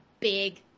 Big